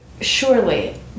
Surely